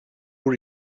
were